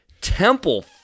Temple